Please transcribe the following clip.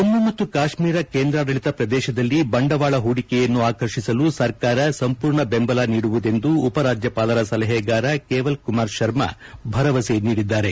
ಜಮ್ಮ ಮತ್ತು ಕಾಶ್ಮೀರ ಕೇಂದ್ರಾಡಳಿತ ಪ್ರದೇಶದಲ್ಲಿ ಬಂಡವಾಳ ಹೂಡಿಕೆಯನ್ನು ಆಕರ್ಷಿಸಲು ಸರ್ಕಾರ ಸಂಪೂರ್ಣ ಬೆಂಬಲ ನೀಡುವುದೆಂದು ಉಪರಾಜ್ಯಪಾಲರ ಸಲಹೆಗಾರ ಕೇವಲ್ಕುಮಾರ್ ಶರ್ಮ ಭರವಸೆ ನೀಡಿದ್ದಾರೆ